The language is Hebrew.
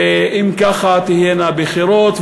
ואם ככה, תהיינה בחירות.